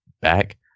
back